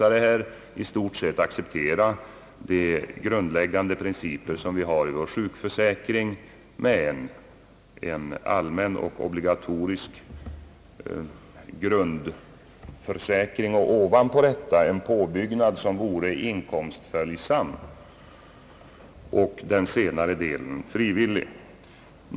Jag anser att man i stort sett skall acceptera de grundläggande principer, som vi har inom vår sjukförsäkring, med en allmän och obligatorisk grund försäkring och ovanpå den en påbyggnad som är inkomstföljsam, den senare delen frivillig.